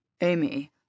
Amy